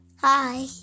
Hi